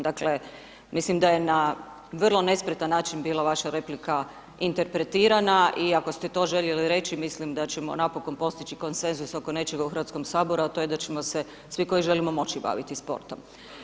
Dakle, mislim da je na vrlo nespretan način bila vaša replika interpretirana iako ste to željeli reći mislim da ćemo napokon postići konsenzus oko nečega u Hrvatskom saboru, a to je da ćemo se svi koji želimo moći baviti sportom.